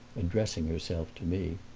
addressing herself to me.